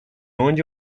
onde